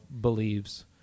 believes